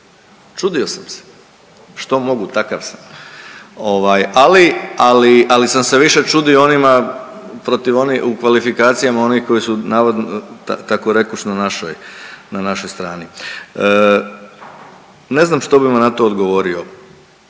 Čudio sam se, što mogu takav sam. Ovaj ali, ali sam se više čudio onima protiv u kvalifikacijama onih koji su navodno tako rekoć na našoj, na našoj strani. Ne znam što bi vam na to odgovorio.